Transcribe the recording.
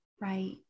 Right